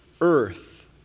earth